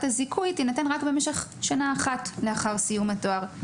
הזיכוי תינתן רק במשך שנה אחת לאחר סיום התואר.